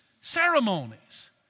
ceremonies